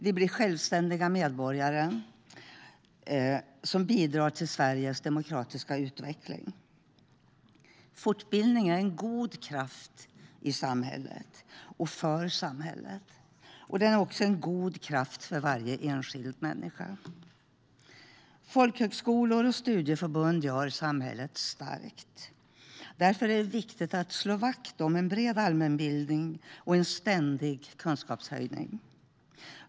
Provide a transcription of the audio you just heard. Vi blir självständiga medborgare som bidrar till Sveriges demokratiska utveckling. Folkbildning är en god kraft i samhället och för samhället, och den är också en god kraft för varje enskild människa. Folkhögskolor och studieförbund gör samhället starkt. Därför är det viktigt att slå vakt om en bred allmänbildning och en ständig kunskapshöjning.